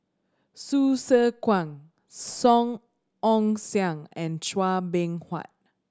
Hsu Tse Kwang Song Ong Siang and Chua Beng Huat